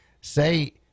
Say